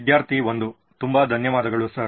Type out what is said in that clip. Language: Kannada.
ವಿದ್ಯಾರ್ಥಿ 1 ತುಂಬಾ ಧನ್ಯವಾದಗಳು ಸರ್